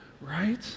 right